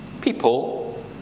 People